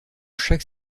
chaque